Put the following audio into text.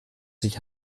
sich